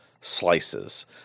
slices